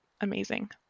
amazing